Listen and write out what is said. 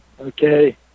Okay